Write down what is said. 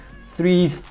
three